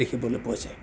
দেখিবলৈ পোৱা যায়